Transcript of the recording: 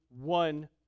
one